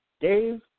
Dave